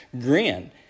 Grin